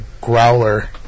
growler